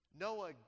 Noah